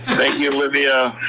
thank you, olivia.